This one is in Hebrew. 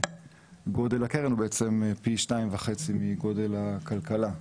וגודל הקרן שם הוא בעצם פי שניים וחצי מגודל הכלכלה,